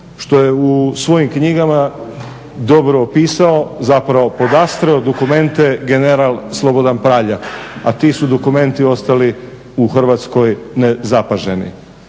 što je u svojim knjigama dobro opisao, zapravo podastro dokumente general Slobodan Praljak a ti su dokumenti ostali u Hrvatskoj nezapaženi.